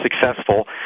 successful